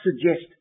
suggest